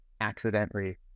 accidentally